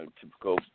Typical